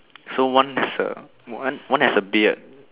so one is a one one has a beard